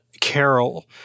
Carol